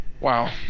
Wow